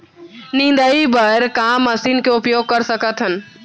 निंदाई बर का मशीन के उपयोग कर सकथन?